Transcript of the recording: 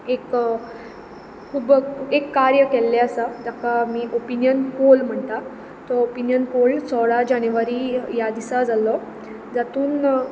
एक खूब एक कार्य केल्लें आसा ताका आमी ऑपिनियन पोल म्हणटात तो ऑपिनियन पोल सोळा जानेवारी ह्या दिसा जाल्लो जातून